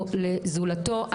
או לזולתו.